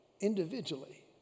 individually